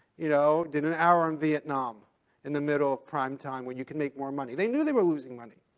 you know, you did an hour on vietnam in the middle of primetime when you can make more money. they knew they were losing money.